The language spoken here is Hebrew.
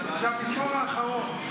זה המזמור האחרון.